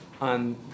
on